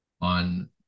on